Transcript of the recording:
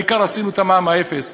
העיקר עשינו את המע"מ אפס,